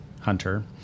Hunter